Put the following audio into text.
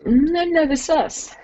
ne ne visas